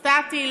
סטטי,